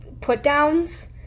put-downs